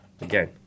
Again